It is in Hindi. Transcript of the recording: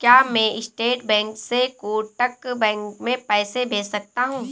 क्या मैं स्टेट बैंक से कोटक बैंक में पैसे भेज सकता हूँ?